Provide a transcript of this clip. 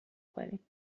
کنی